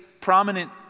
prominent